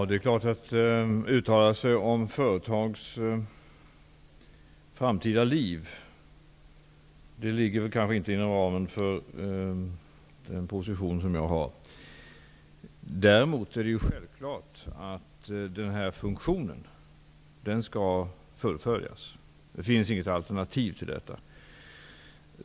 Herr talman! Att uttala sig om företags framtida liv ligger kanske inte inom ramen för den position som jag har. Däremot är det självklart att denna funktion skall fullföljas. Det finns inget alternativ till detta.